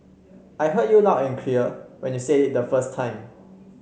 I heard you loud and clear when you said it the first time